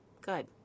good